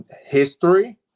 history